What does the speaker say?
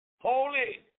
holy